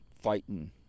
fighting